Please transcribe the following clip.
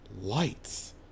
Lights